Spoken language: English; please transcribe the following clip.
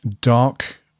dark